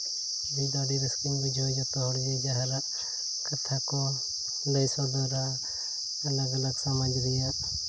ᱤᱧ ᱫᱚ ᱟᱹᱰᱤ ᱨᱟᱹᱥᱠᱟᱹᱧ ᱵᱩᱡᱷᱟᱹᱣ ᱡᱷᱚᱛᱚ ᱦᱚᱲ ᱡᱮ ᱡᱟᱦᱟᱨ ᱠᱟᱛᱷᱟ ᱠᱚ ᱞᱟᱹᱭ ᱥᱚᱫᱚᱨᱟ ᱟᱞᱟᱜ ᱟᱞᱟᱜ ᱟᱞᱟᱜ ᱥᱚᱢᱟᱡᱽ ᱨᱮᱭᱟᱜ